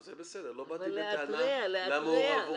זה בסדר, לא באתי בטענה למעורבות.